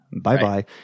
Bye-bye